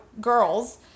girls